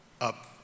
up